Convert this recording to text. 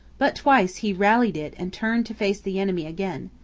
but twice he rallied it and turned to face the enemy again.